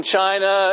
China